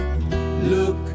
Look